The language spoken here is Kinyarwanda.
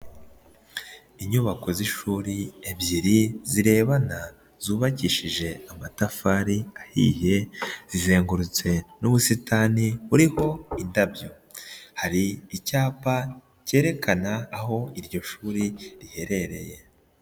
Inyubako z'ishuri ebyiri, zirebana zubakishije amatafari ahiye, zizengurutse n'ubusitani buriho indabyo, hari icyapa cyerekana aho iryo shuri riherereye.